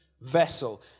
vessel